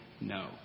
no